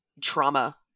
trauma